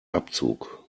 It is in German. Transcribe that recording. abzug